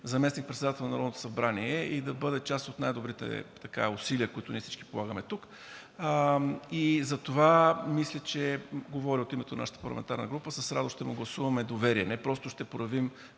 заместник-председател на Народното събрание и да бъде част от най-добрите усилия, които всички ние полагаме тук. Затова мисля, и говоря от името на нашата парламентарна група, с радост ще му гласуваме доверие, не просто ще проявим